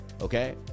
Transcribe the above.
Okay